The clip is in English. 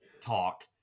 talk